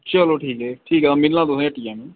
चलो ठीक ऐ अंऊ मिलना तुसेंगी हट्टिया आह्नियै